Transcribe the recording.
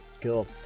Cool